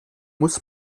muss